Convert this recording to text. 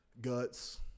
guts